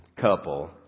couple